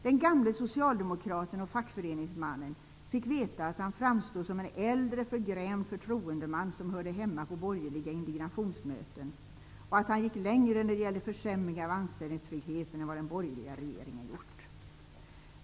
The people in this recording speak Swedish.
Den gamle socialdemokraten och fackföreningsmannen fick veta att han framstod som en äldre förgrämd förtroendeman som hörde hemma på borgerliga indignationsmöten och att han gick längre när det gällde försämringar av anställningstryggheten än vad den borgerliga regeringen gjort.